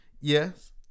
Yes